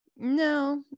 No